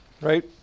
Right